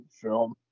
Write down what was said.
film